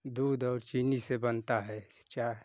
दूध और चीनी से बनता है चाय